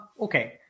okay